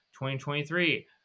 2023